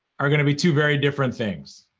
are going to be two very different things.